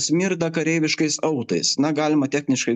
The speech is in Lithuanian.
smirda kareiviškais autais na galima techniškai